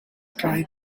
tri